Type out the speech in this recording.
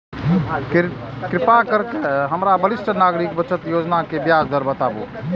कृपा करके हमरा वरिष्ठ नागरिक बचत योजना के ब्याज दर बताबू